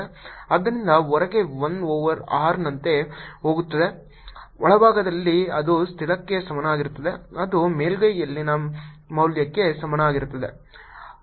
ಆದ್ದರಿಂದ ಹೊರಗೆ 1 over r ನಂತೆ ಹೋಗುತ್ತದೆ ಒಳಭಾಗದಲ್ಲಿ ಅದು ಸ್ಥಿರಕ್ಕೆ ಸಮಾನವಾಗಿರುತ್ತದೆ ಅದು ಮೇಲ್ಮೈಯಲ್ಲಿನ ಮೌಲ್ಯಕ್ಕೆ ಸಮಾನವಾಗಿರುತ್ತದೆ